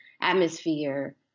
atmosphere